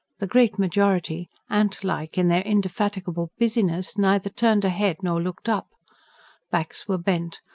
the great majority, ant-like in their indefatigable busyness, neither turned a head nor looked up backs were bent,